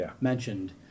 mentioned